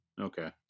Okay